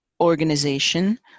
organization